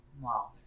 Wow